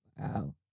Wow